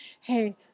Hey